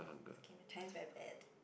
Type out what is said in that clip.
it's okay my Chinese very bad